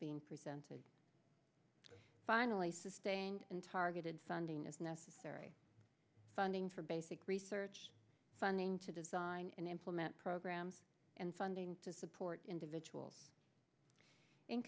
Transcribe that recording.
being presented finally sustained in targeted funding as necessary funding for basic research funding to design and implement programs and funding to support individuals in